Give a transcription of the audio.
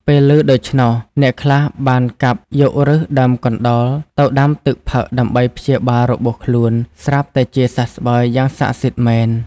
ពេលឮដូច្នោះ អ្នកខ្លះបានកាប់យកឫសដើមកណ្ដោលទៅដាំទឹកផឹកដើម្បីព្យាបាលរបួសខ្លួន ស្រាប់តែជាសះស្បើយយ៉ាងសក្ដិសិទ្ធិមែន។